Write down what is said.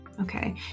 Okay